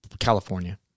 California